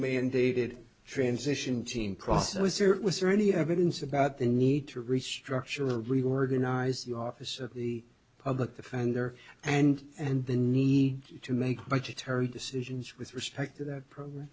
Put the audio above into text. david transition team cross it was or was there any evidence about the need to restructure reorganize the office of the public defender and and the need to make budgetary decisions with respect to that program